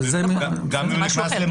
נכון, זה משהו אחר.